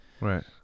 Right